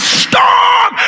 storm